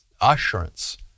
assurance